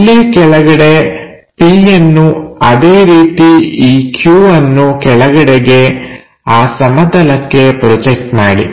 ಇಲ್ಲೇ ಕೆಳಗಡೆಗೆ P ಯನ್ನು ಅದೇ ರೀತಿ ಈ Q ಅನ್ನು ಕೆಳಗಡೆಗೆ ಆ ಸಮತಲಕ್ಕೆ ಪ್ರೊಜೆಕ್ಟ್ ಮಾಡಿ